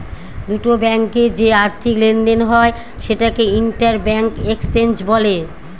দুটো ব্যাঙ্কে যে আর্থিক লেনদেন হয় সেটাকে ইন্টার ব্যাঙ্ক এক্সচেঞ্জ বলে